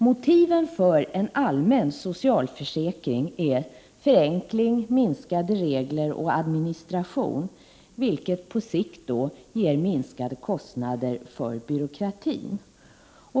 Motiven för en allmän socialförsäkring är förenkling, minskade regler och administration, vilket på sikt ger minskade kostnader för byråkratin.